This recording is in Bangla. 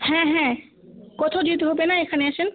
হ্যাঁ হ্যাঁ কোথাও যেতে হবে না এখানে আসুন